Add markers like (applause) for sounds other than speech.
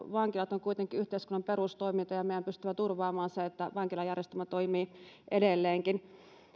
(unintelligible) vankilat ovat kuitenkin yhteiskunnan perustoimintoja ja meidän on pystyttävä turvaamaan se että vankilajärjestelmä toimii edelleenkin